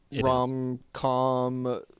rom-com